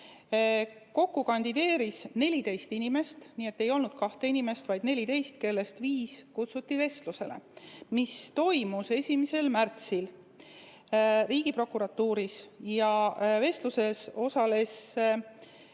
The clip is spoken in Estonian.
Kokku kandideeris 14 inimest, nii et ei olnud kahte inimest, vaid 14, kellest viis kutsuti vestlusele, mis toimus 1. märtsil riigiprokuratuuris, ja vestluses osales